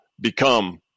become